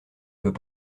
peux